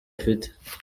afite